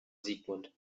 sigmund